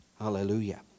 Hallelujah